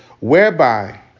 whereby